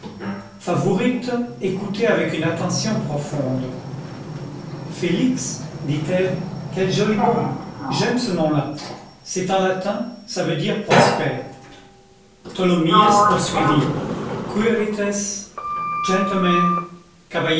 favourite écoutait avec une attention profonde félix dit-elle quel joli mot j'aime ce nom-là c'est en latin ça veut dire prosper tholomyès poursuivit quirites gentlemen